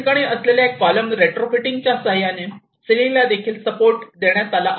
त्याठिकाणी असलेल्या column retro fitting च्या साह्याने सिलिंग ला देखील सपोर्ट देण्यात आला आहे